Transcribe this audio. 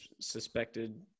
suspected